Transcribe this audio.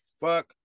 fuck